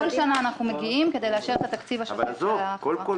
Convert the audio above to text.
בכל שנה אנחנו מגיעים כדי לאשר את התקציב השוטף של החברה.